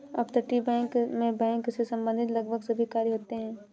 अपतटीय बैंक मैं बैंक से संबंधित लगभग सभी कार्य होते हैं